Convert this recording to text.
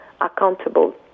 accountable